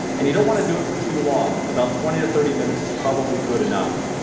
and you don't want to do it for too long about twenty to thirty minutes is probably good enough.